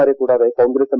മാരെക്കൂടാതെ Congress M